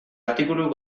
artikulu